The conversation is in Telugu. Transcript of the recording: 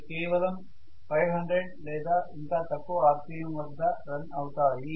అవి కేవలం 500 లేదా ఇంకా తక్కువ rpm వద్ద రన్ అవుతాయి